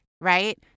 right